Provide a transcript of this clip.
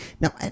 Now